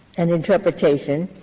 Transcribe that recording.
an interpretation